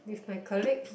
with my colleagues